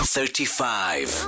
Thirty-five